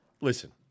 Listen